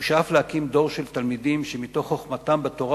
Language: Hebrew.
הוא שאף להקים דור של תלמידים שמתוך חוכמתם בתורה